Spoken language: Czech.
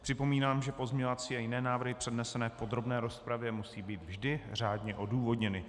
Připomínám, že pozměňovací a jiné návrhy, přednesené v podrobné rozpravě, musí být vždy řádně odůvodněny.